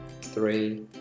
three